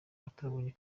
batabonye